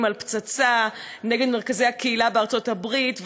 על פצצה נגד מרכזי הקהילה בארצות-הברית,